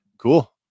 cool